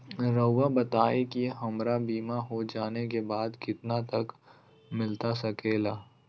रहुआ बताइए कि हमारा बीमा हो जाने के बाद कितना तक मिलता सके ला?